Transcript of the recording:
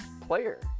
player